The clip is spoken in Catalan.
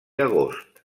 agost